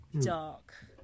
dark